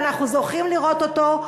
ואנחנו זוכים לראות אותו,